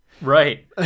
right